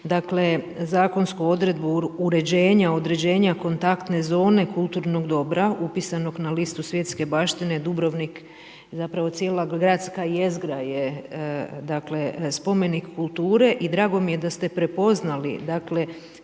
zakonsku odredbu uređenja, određenja kontaktne zone kulturnog dobra upisanog na listu svjetske baštine Dubrovnik, zapravo cijela gradska jezgra je spomenik kulture i drago mi je da ste prepoznali